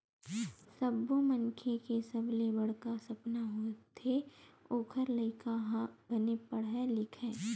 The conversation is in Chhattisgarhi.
सब्बो मनखे के सबले बड़का सपना होथे ओखर लइका ह बने पड़हय लिखय